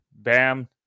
Bam